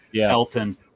Elton